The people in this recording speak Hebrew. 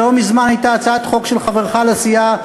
לא מזמן הייתה הצעת חוק של חברך לסיעה,